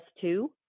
two